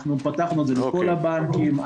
פתחנו את זה לכל הבנקים.